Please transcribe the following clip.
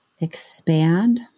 expand